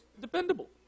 dependable